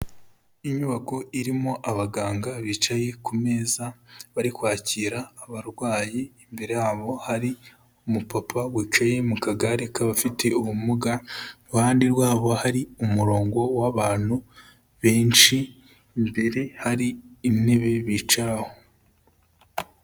Inyubako irimo abaganga bicaye ku meza bari kwakira abarwayi, imbere yabo hari umupapa wicaye mu kagare k'abafite ubumuga, iruhande rwabo hari umurongo w'abantu benshi, imbere hari intebe bicaraho.